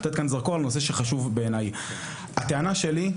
הטענה שלי,